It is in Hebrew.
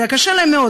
וקשה להם מאוד,